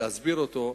להסביר אותו,